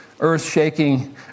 earth-shaking